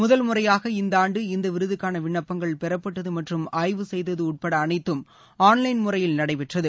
முதல் முறையான இந்தாண்டு இந்த விருதுக்கான விண்ணப்பங்கள் பெறப்பட்டது மற்றும் ஆய்வு செய்தது உட்பட அனைத்தும் ஆன் லைன் முறையில் நடைபெற்றது